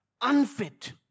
unfit